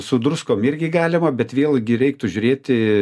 su druskom irgi galima bet vėlgi reiktų žiūrėti